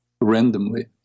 randomly